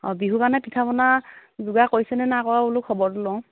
অঁ বিহু কাৰণে পিঠাপনা যোগাৰ কৰিছেনে নাই কৰা আৰু বোলো খবৰটো লওঁ